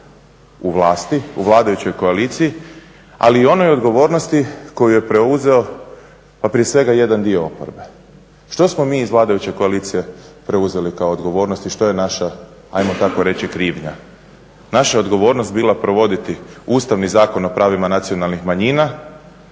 u vlasti, u vladajućoj koaliciji ali i onoj odgovornosti koju je preuze pa prije svega jedan dio oporbe. Što smo mi iz vladajuće koalicije preuzeli kao odgovornost i što je naša ajmo tako reći krivnja? Naša je odgovornost bila provoditi Ustavni zakon o pravima Nacionalnih manjina